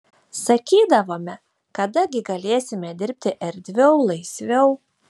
sakydavome kada gi galėsime dirbti erdviau laisviau